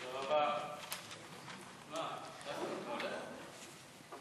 התרבות והספורט נתקבלה.